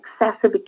excessive